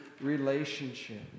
relationship